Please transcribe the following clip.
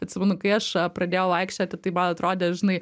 atsimenu kai aš pradėjau vaikščioti tai man atrodė žinai